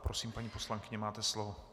Prosím, paní poslankyně, máte slovo.